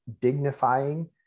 dignifying